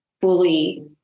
fully